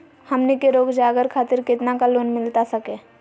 हमनी के रोगजागर खातिर कितना का लोन मिलता सके?